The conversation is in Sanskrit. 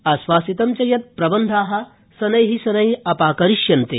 आश्वासितं च यत् प्रबन्धा शनै शनै अपाकरिष्यन्ते